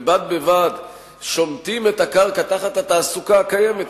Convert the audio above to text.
ובד בבד שומטים את הקרקע תחת התעסוקה הקיימת,